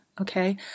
okay